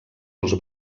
els